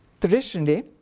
traditionally,